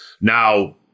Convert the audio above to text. Now